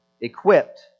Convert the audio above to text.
equipped